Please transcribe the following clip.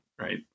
right